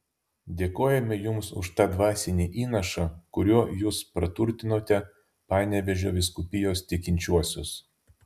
dėkojame jums už tą dvasinį įnašą kuriuo jūs praturtinote panevėžio vyskupijos tikinčiuosius